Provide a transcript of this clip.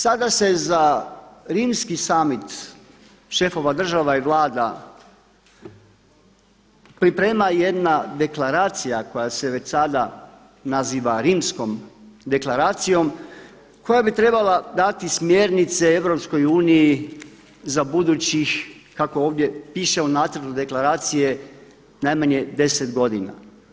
Sada se za Rimski summit šefova država i Vlada priprema jedna deklaracija koja se već sada naziva Rimskom deklaracijom koja bi trebala dati smjernice EU za budućih kako ovdje piše u nacrtu deklaracije najmanje 10 godina.